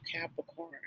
capricorn